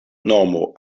nomo